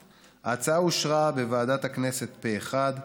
2018, לקריאה ראשונה.